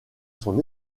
son